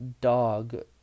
dog